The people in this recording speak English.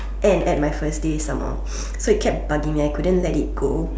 and and my first day some more so it kept bugging me I couldn't let it go